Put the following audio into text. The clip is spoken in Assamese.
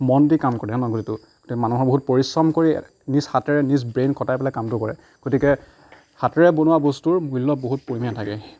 মন দি কাম কৰে গতিকে মানুহৰ বহুত পৰিশ্ৰম কৰি নিজ হাতেৰে নিজ ব্ৰেইন খটাই পেলাই কামটো কৰে গতিকে হাতেৰে বনোৱা বস্তুৰ মূল্য বহুত পৰিমাণে থাকে